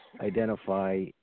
identify